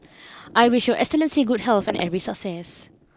I wish your excellency good health and every success